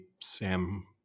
Sam